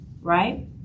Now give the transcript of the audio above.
right